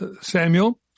Samuel